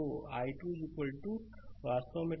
तो i2 वास्तव में 103 एम्पीयर